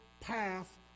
path